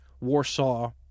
Warsaw